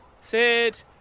Sid